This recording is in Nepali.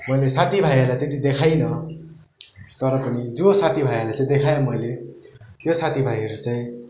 मैले साथी भाइहरूलाई त्यति देखाइनँ तर पनि जो साथी भाइलाई चाहिँ देखाएँ मैले त्यो साथी भाइहरू चाहिँ